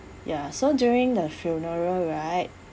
ya so during the funeral right